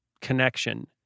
connection